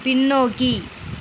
பின்னோக்கி